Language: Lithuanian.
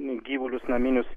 gyvulius naminius